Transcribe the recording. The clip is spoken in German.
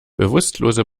bewusstlose